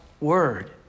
word